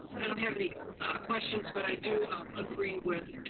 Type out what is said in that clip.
i don't have any questions, but i do um agree with